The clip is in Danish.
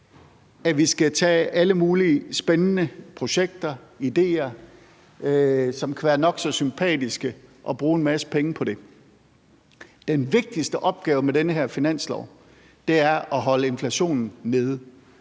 at vi skal tage alle mulige spændende projekter og idéer, som kan være nok så sympatiske, og bruge en masse penge på det. Den vigtigste opgave med den her finanslov er at holde inflationen nede,